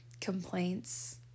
complaints